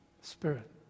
spirit